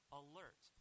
alert